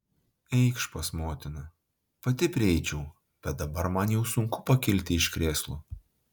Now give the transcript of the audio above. eikš pas motiną pati prieičiau bet dabar man jau sunku pakilti iš krėslo